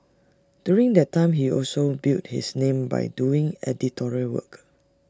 during that time he also built his name by doing editorial work